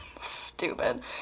Stupid